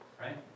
Right